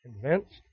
convinced